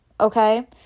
okay